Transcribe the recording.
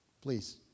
please